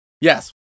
Yes